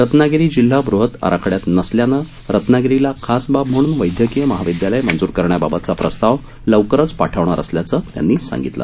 रत्नागिरी जिल्हा बृहत् आराखड्यात नसल्यानं रत्नागिरीला खास बाब म्हणून वैद्यकीय महाविद्यालय मंजूर करण्याबाबतचा प्रस्ताव लवकरच पाठवणार असल्याचं त्यांनी सांगितलं